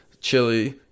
chili